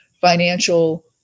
financial